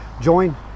Join